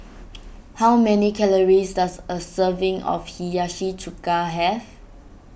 how many calories does a serving of Hiyashi Chuka have